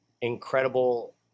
incredible